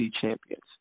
champions